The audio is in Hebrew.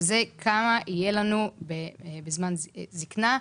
והוא כמה יהיה לנו בעת זקנה.